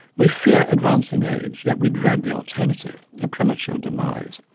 we fear advancing age, yet we dread the alternative, a premature demise.